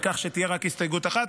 וכך תהיה רק הסתייגות אחת.